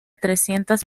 trescientas